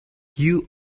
you